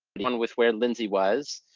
one with where lindsay was,